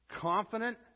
Confident